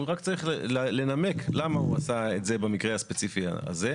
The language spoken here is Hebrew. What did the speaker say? אבל רק צריך לנמק למה הוא עשה את זה במקרה הספציפי הזה.